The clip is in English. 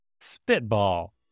Spitball